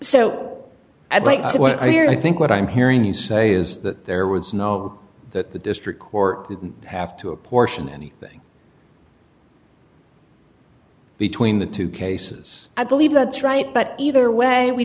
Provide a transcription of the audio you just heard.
hear i think what i'm hearing you say is that there was no that the district court didn't have to apportion anything between the two cases i believe that's right but either way we